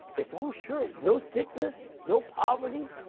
ah so sure. no sickness. no poverty.